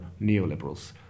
neoliberals